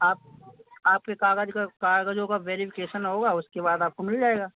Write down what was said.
आप आप के कागज़ का कागज़ों का भेरिफिकेसन होगा उसके बाद आपको मिल जाएगा